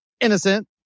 innocent